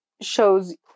shows